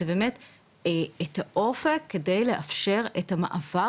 הוא באמת את האופק על מנת לאפשר את המעבר,